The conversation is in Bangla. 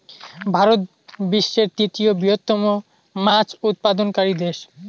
ভারত বিশ্বের তৃতীয় বৃহত্তম মাছ উৎপাদনকারী দেশ